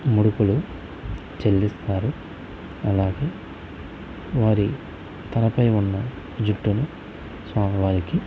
ముడుపులు చెల్లిస్తారు అలాగే వారి తలపై ఉన్న జుట్టును స్వామివారికి